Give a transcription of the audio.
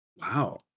Wow